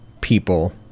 people